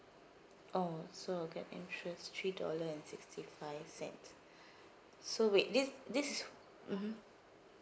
oh so I'll get interest three dollar and sixty five cents so wait this this is mmhmm